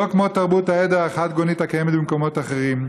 לא כמו תרבות העדר החד-גונית הקיימת במקומות אחרים.